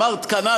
אמרת כאן,